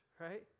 right